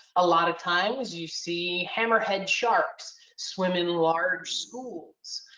a lot of times you see hammerhead sharks swim in large schools.